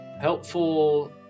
helpful